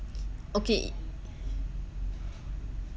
okay